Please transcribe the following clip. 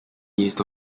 east